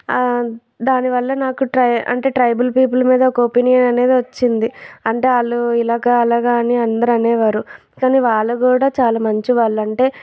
దానివల్ల నాకు ట్రై అంటే ట్రైబల్ పీపుల్ మీద ఒక ఒపీనియన్ అనేది వచ్చింది అంటే వాళ్ళు ఇలాగా అలాగా అని అందరు అనేవారు కానీ వాళ్ళు కూడా చాలా మంచి వాళ్ళు అంటే